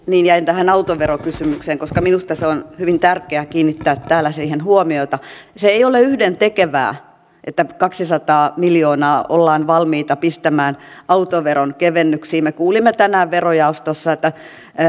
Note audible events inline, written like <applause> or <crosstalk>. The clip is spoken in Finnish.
<unintelligible> niin jäin tähän autoverokysymykseen koska minusta on hyvin tärkeää kiinnittää täällä siihen huomiota se ei ole yhdentekevää että kaksisataa miljoonaa ollaan valmiita pistämään autoveron kevennyksiin me kuulimme tänään verojaostossa että